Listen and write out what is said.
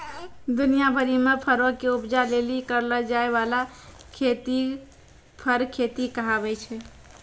दुनिया भरि मे फरो के उपजा लेली करलो जाय बाला खेती फर खेती कहाबै छै